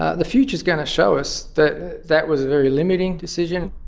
ah the future is going show us that that was a very limiting decision.